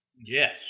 Yes